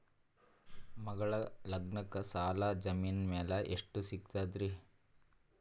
ಮಗಳ ಲಗ್ನಕ್ಕ ಸಾಲ ಜಮೀನ ಮ್ಯಾಲ ಎಷ್ಟ ಸಿಗ್ತದ್ರಿ?